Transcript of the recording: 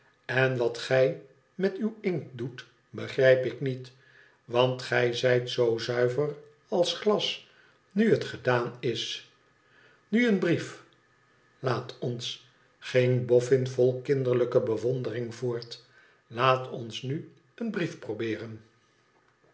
n wat gij met uwinkt doet begrijp ik niet want gij zijt zoo zuiver als glas nu hetfedaan is nu een brief laat ons ging boffin vol kinderlijke bewondenng voort tlaat ons nu een brief probeeren